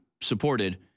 supported